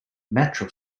metro